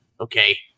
okay